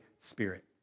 Spirit